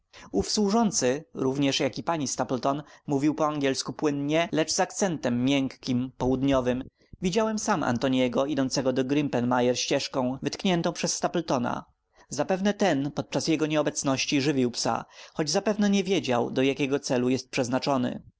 służący również jak i pani stapleton mówił po angielsku płynnie lecz z akcentem miękkim południowym widziałem sam antoniego idącego do grimpen mire ścieżką wytkniętą przez stapletona zapewne ten podczas jego nieobecności żywił psa choć zapewne nie wiedział do jakiego celu jest przeznaczony